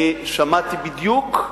אני שמעתי בדיוק,